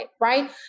right